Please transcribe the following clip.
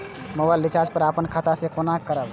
Mobile recharge हम आपन खाता से कोना करबै?